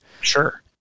Sure